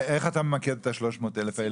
איך אתה ממקד את ה- 300,000?